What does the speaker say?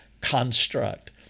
construct